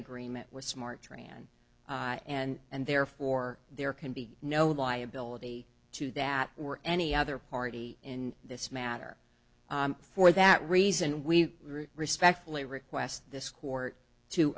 agreement with smart tran and and therefore there can be no liability to that or any other party in this matter for that reason we respectfully request this court to